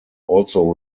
also